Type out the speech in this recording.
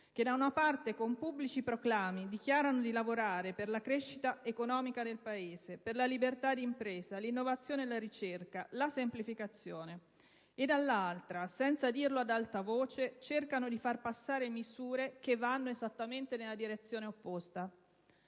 che, da una parte, con pubblici proclami, dichiarano di lavorare per la crescita economica del Paese, per la libertà di impresa, l'innovazione, la ricerca e la semplificazione, dall'altra, senza dirlo ad alta voce, cercano di far passare misure che vanno esattamente nella direzione opposta.